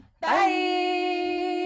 Bye